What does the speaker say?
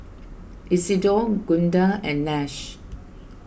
Isidor Gunda and Nash